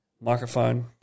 microphone